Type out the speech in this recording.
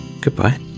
goodbye